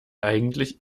eigentlich